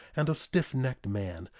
and a stiffnecked man,